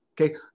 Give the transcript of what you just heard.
okay